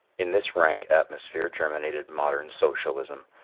in this rank atmosphere germinated modern socialism.